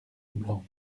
blanc